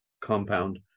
compound